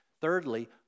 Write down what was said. Thirdly